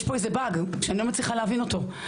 יש פה איזה באג שאני לא מצליחה להבין אותו.